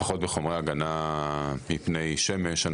לפחות בחומרי הגנה מפני שמש,